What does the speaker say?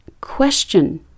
question